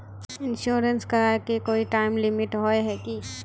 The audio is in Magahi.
इंश्योरेंस कराए के कोई टाइम लिमिट होय है की?